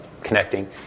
connecting